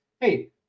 hey